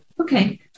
okay